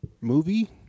movie